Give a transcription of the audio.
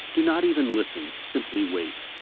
do not even listen. simply wait.